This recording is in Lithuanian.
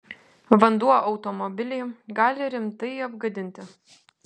vanduo automobilį gali rimtai apgadinti